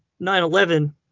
9/11